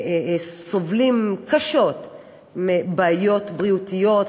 סובלים קשות מבעיות בריאותיות,